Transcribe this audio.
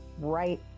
right